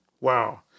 Wow